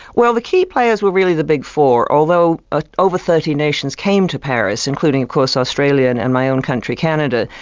well the key players were really the big four, although ah over thirty nations came to paris, including of course australia and and my own country, canada.